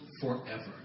forever